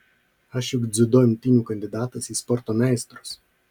aš juk dziudo imtynių kandidatas į sporto meistrus